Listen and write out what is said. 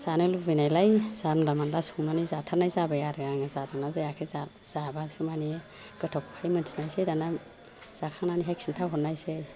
जानो लुबैनायलाय जानला मोनला संनानै जाथादनाय जानाय आरो आङो जादोंना जायाखै जाबासो मानि गोथावखौहाय मोन्थिनायसै दाना जाखांनानैहाय खिन्थाहदनायसै